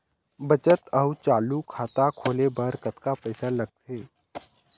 बचत अऊ चालू खाता खोले बर कतका पैसा लगथे?